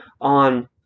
on